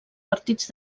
partits